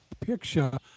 picture